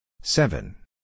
Seven